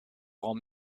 rend